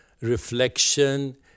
reflection